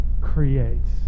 creates